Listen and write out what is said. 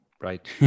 Right